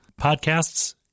podcasts